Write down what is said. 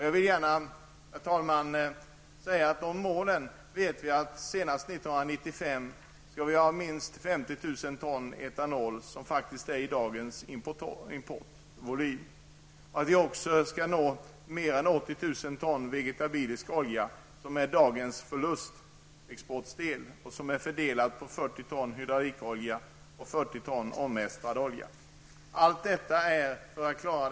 Jag vill gärna säga beträffande de målen säga att vi senast 1995 skall ha en produktion av etanol på minst 50 000 ton, vilket är lika med dagens importvolym. Vi skall också få fram mer än 80 000 ton vegetabilisk olja, som är dagens förlustexport, fördelad på 40 000 ton hydraulikolja och 40 000 ton omestrad olja.